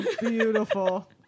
Beautiful